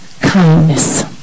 kindness